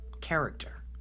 character